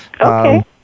Okay